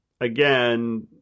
again